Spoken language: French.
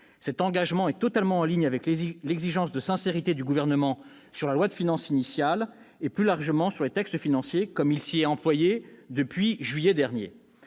Cet engagement est totalement en cohérence avec l'exigence de sincérité du Gouvernement sur la loi de finances initiale et, plus largement, sur les textes financiers, une exigence qu'il s'emploie à respecter depuis juillet dernier.